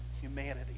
humanity